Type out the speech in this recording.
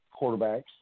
quarterbacks